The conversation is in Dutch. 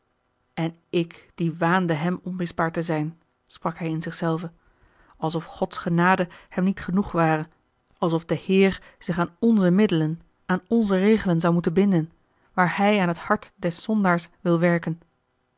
en ik die waande hem onmisbaar te zijn sprak hij in zich zelven alsof gods genade hem niet genoeg ware alsof de heer zich aan onze middelen aan onze regelen zou moeten binden waar hij aan het hart des zondaars wil werken